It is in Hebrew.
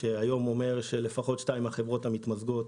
שאומר שלפחות שתיים מהחברות המתמזגות